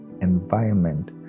environment